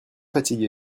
fatigué